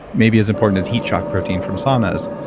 maybe as important as heat shock protein from saunas.